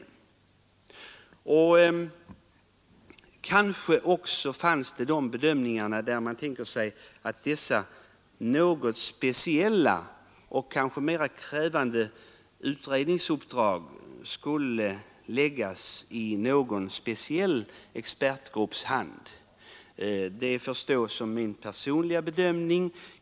Det fanns kanske också den bedömningen att dessa något speciella och mer krävande utredningsuppdrag skulle läggas i händerna på någon speciell expertgrupp; detta var min personliga bedömning.